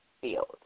field